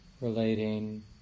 relating